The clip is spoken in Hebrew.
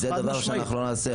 זה דבר שאנחנו לא נעשה.